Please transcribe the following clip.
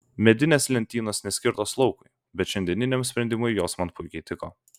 medinės lentynos neskirtos laukui bet šiandieniniam sprendimui jos man puikiai tiko